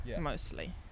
mostly